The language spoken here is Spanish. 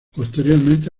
posteriormente